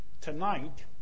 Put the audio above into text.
tonight